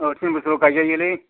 अ तिन बोसोरबा गायजायोलै